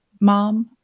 mom